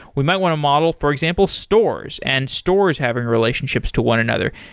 we might want a model for example stores and stores having relationships to one another.